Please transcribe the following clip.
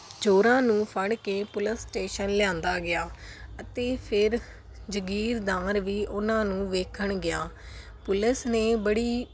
ਚੋਰਾਂ ਨੂੰ ਫੜ ਕੇ ਪੁਲਿਸ ਸਟੇਸ਼ਨ ਲਿਆਉਂਦਾ ਗਿਆ ਅਤੇ ਫਿਰ ਜਗੀਰਦਾਰ ਵੀ ਉਹਨਾਂ ਨੂੰ ਵੇਖਣ ਗਿਆ ਪੁਲਿਸ ਨੇ ਬੜੀ